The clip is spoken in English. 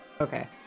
Okay